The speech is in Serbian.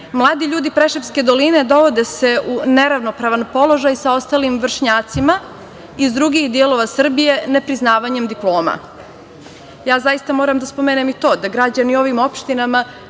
Mladi ljudi Preševske doline dovode se u neravnopravan položaj sa ostalim vršnjacima iz drugih delova Srbije nepriznavanjem diploma. Ja zaista moram da spomenem i to da građani u ovim opštinama